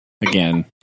again